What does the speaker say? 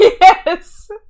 Yes